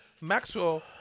Maxwell